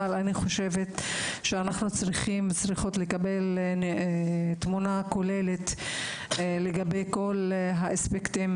אבל אני חושבת שאנחנו צריכים וצריכות לקבל תמונה כוללת לגבי כל האספקטים